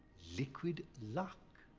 liquid luck.